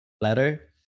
letter